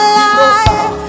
life